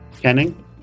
Kenning